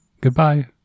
Goodbye